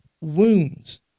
wounds